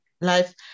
life